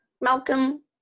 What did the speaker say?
malcolm